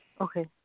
Okay